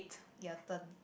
your turn